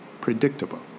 predictable